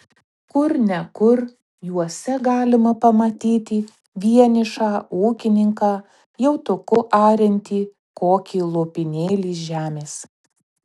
kur ne kur juose galima pamatyti vienišą ūkininką jautuku ariantį kokį lopinėlį žemės